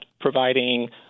providing